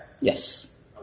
Yes